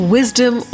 Wisdom